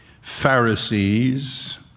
Pharisees